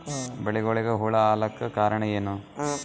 ಬೆಳಿಗೊಳಿಗ ಹುಳ ಆಲಕ್ಕ ಕಾರಣಯೇನು?